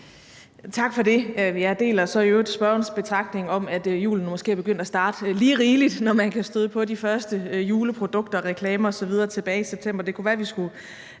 Tak for det.